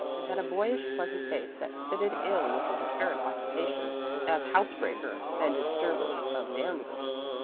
and had a boyish, pleasant face that fitted ill with his apparent occupation as house-breaker and disturber of damsels.